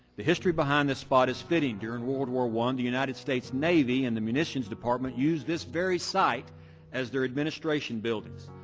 the history behind this spot is fitting, during world war i the united states navy and munitions department used this very site as their administration buildings.